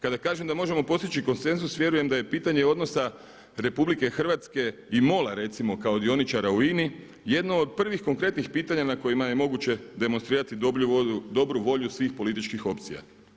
Kada kažem da možemo postići konsenzus vjerujem da je pitanje odnosa RH i MOL-a recimo kao dioničara u INA-i, jedno od prvih konkretnih pitanja na kojima je moguće demonstrirati dobru volju svih političkih opcija.